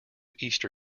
easter